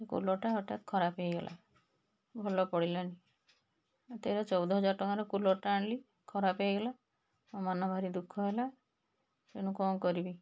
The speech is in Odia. କୁଲର୍ଟା ହଠାତ୍ ଖରାପ ହେଇଗଲା ଭଲ ପଡ଼ିଲାନି ତେର ଚଉଦ ହଜାର ଟଙ୍କାର କୁଲର୍ଟା ଆଣିଲି ଖରାପ ହେଇଗଲା ମୋ ମନ ଭାରି ଦୁଃଖ ହେଲା ତେଣୁ କ'ଣ କରିବି